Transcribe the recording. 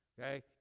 Okay